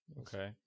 Okay